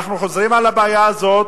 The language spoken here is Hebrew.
אנחנו חוזרים על הבעיה הזאת.